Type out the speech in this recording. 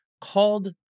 called